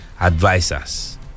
advisors